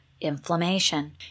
inflammation